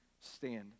stand